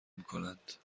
میکنند